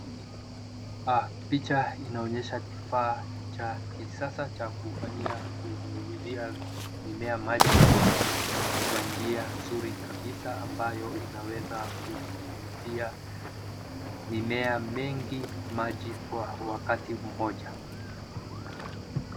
Picha inaonyesha kifaa cha kisasa cha kufanyia kunyunyizia mimea maji kwa njia nzuri kabisa ambayo inaweza kunyunyizia mimea mingi maji kwa wakati mmoja.